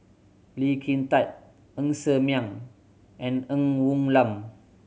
Lee Kin Tat Ng Ser Miang and Ng Woon Lam